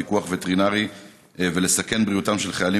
מדוע להסיר את החובה לפיקוח הווטרינרי ולסכן את בריאותם של חיילים